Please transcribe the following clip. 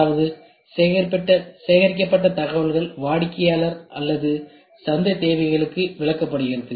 அதாவது சேகரிக்கப்பட்ட தகவல்கள் வாடிக்கையாளர் அல்லது சந்தை தேவைகளுக்கு விளக்கப்படுகிறது